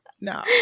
no